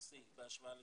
לשנים